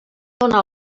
donar